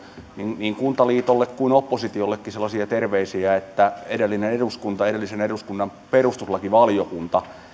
niin niin kuntaliitolle kuin oppositiollekin sellaisia terveisiä että edellinen eduskunta edellisen eduskunnan perustuslakivaliokunta